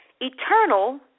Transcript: Eternal